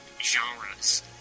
genres